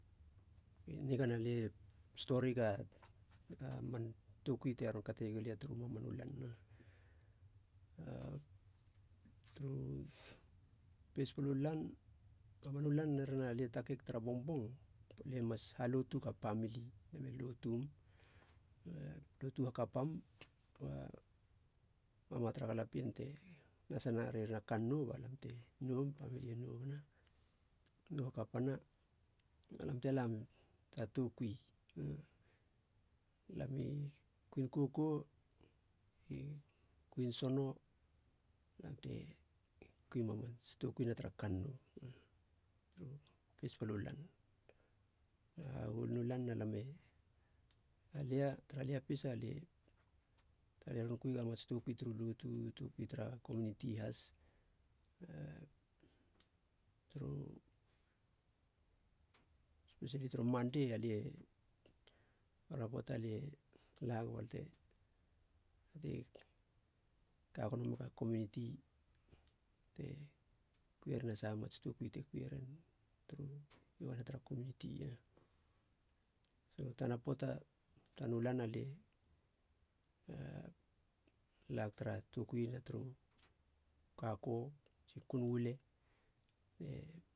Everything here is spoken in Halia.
Nigana lie storiega man toukui teron kate iegu lia turu mamanu lan na turu pespela u lan. Mamanu lan herena lie ron takeg tara bongbong, lie mas halotuga pemili. Alam e lotum, lotu hakapam ba mama tara galapien te nasina rerina kannou ba lam te noum. Pamili e nouna, nou hakapana ba lam te lam tara toukui. La mi kuin koko, kuin sono, lam te kuima mats toukuina tara kannou turu pespla lan. Hahuolinu lan alam e alia, tara lia pesa, lie alie ron kuiga mats toukui turu lotu. Toukui tara komuniti has a turu, espesili turu mandei lie, para poata lie lag balia te, lie ka gono mega komuniti te kuieren a saha mats toukui te kuie ren iogana tara komuniti. So tana poata tanu kin, alie lag tara tokuia turu kako tsi kuin uile na